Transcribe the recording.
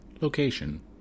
location